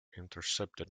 intercepted